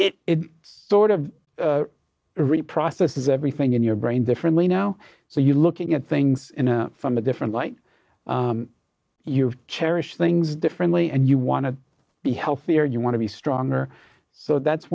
it sort of reprocesses everything in your brain differently now so you're looking at things in a from a different light you cherish things differently and you want to be healthier you want to be stronger so that's